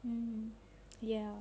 mm ya